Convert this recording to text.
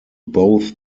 both